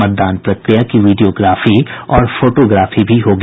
मतदान प्रक्रिया की वीडियोग्राफी और फोटोग्राफी भी होगी